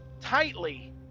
tightly